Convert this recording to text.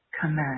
command